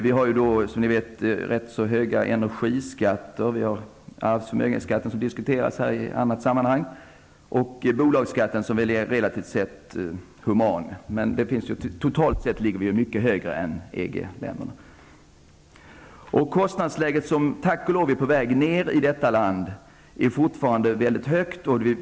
Vi har, som ni vet, rätt höga energiskatter, vi har arvs och förmögenhetsskatter, som har diskuterats här i annat sammanhang. Bolagsskatten är relativt sett human, men totalt sett ligger vi mycket högre än EG-länderna. Kostnadsläget, som tack och lov är på väg ner i detta land, är fortfarande mycket högt.